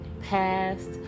past